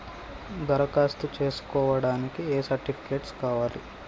దరఖాస్తు చేస్కోవడానికి ఏ సర్టిఫికేట్స్ కావాలి?